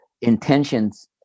intentions